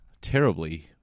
terribly